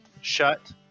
shut